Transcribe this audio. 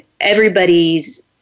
everybody's